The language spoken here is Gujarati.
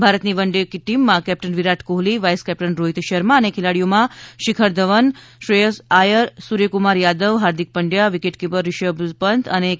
ભારતની વનડે ટીમમાં captain Virat Kohli vice captain Rohit Sharma અને ખેલાડીઓમાં શિખર ધવન શુભમન ગિલ શ્રેયસ આયર સૂર્યકુમાર યાદવ હાર્દિક પંડ્યા વિકેટકીપર રિષભ પંત અને કે